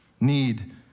need